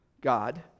God